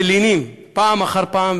כמה בעלי עסקים מלינים פעם אחר פעם,